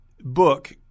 book